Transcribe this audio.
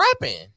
rapping